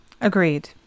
Agreed